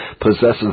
possesses